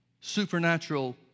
supernatural